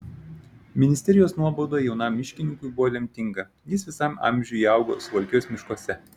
ministerijos nuobauda jaunam miškininkui buvo lemtinga jis visam amžiui įaugo suvalkijos miškuose